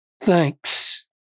thanks